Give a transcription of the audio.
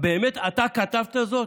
באמת אתה כתבת זאת?